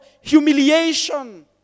humiliation